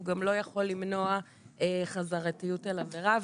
הוא גם לא יכול למנוע חזרתיות על עבירה.